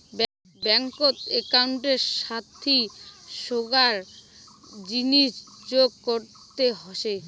ব্যাঙ্কত একউন্টের সাথি সোগায় জিনিস যোগ করতে হসে